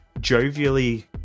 jovially